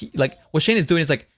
yeah like, what shane is doing is, like,